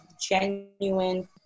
genuine